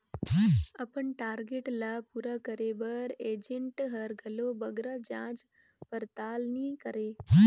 अपन टारगेट ल पूरा करे बर एजेंट हर घलो बगरा जाँच परताल नी करे